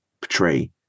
portray